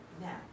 Now